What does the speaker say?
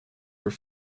were